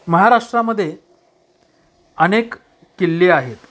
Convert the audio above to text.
महाराष्ट्रामध्ये अनेक किल्ले आहेत